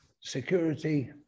Security